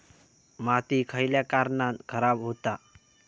माती खयल्या कारणान खराब हुता?